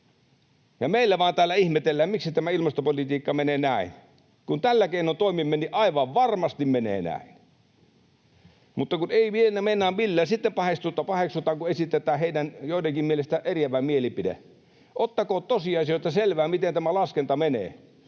Meillä vaan täällä ihmetellään, miksi tämä ilmastopolitiikka menee näin. Kun tällä keinoin toimimme, niin aivan varmasti menee näin. Sitten paheksutaan, kun esitetään joidenkin mielestä eriävä mielipide. Ottakoot tosiasioista selvää, miten tämä laskenta menee,